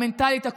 המנטלית,